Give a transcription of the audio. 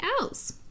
else